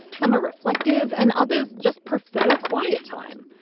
some are reflective and others just prefer quiet time.